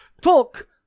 Talk